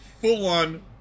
full-on